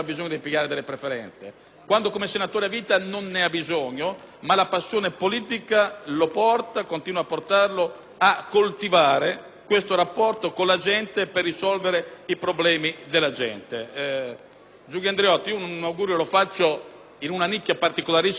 Come senatore a vita non ne ha bisogno, ma la passione politica continua a portarlo a coltivare questo rapporto con la gente per risolvere i problemi delle persone. A Giulio Andreotti faccio un augurio in una nicchia particolarissima che non è stata ancora ricordata,